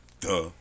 Duh